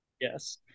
Yes